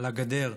על הגדר,